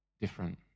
different